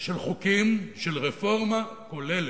של חוקים, של רפורמה כוללת.